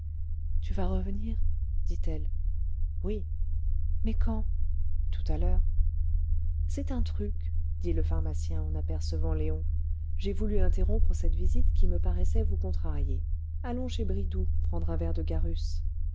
tu vas revenir dit-elle oui mais quand tout à l'heure c'est un truc dit le pharmacien en apercevant léon j'ai voulu interrompre cette visite qui me paraissait vous contrarier allons chez bridoux prendre un verre de garus